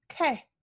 Okay